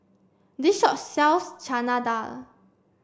this shop sells Chana Dal